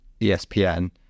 ESPN